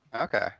Okay